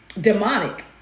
demonic